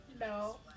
No